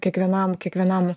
kiekvienam kiekvienam